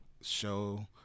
show